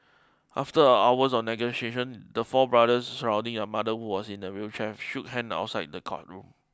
after hours of negotiation the four brothers surrounding on mother who was in a wheelchair shook hand outside the courtroom